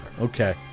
Okay